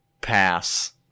pass